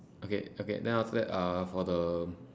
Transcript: okay okay then after that uh for the